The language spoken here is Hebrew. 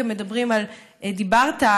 דיברת,